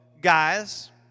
guys